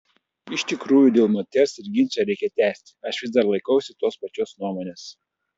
iš tikrųjų dėl moters ir ginčą reikia tęsti aš vis dar laikausi tos pačios nuomonės